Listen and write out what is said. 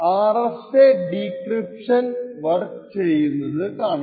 RSA decryption work ചെയ്യുന്നത് കാണാം